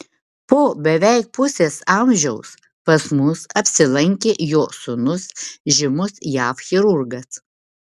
po beveik pusės amžiaus pas mus apsilankė jo sūnus žymus jav chirurgas